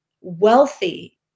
wealthy